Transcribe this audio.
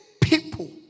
people